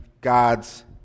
God's